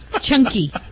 Chunky